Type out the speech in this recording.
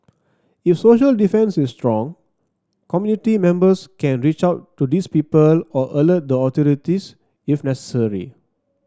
if social defence is strong community members can reach out to these people or alert the authorities if necessary